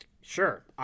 Sure